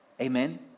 Amen